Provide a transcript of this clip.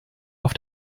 auf